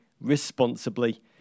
responsibly